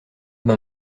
ben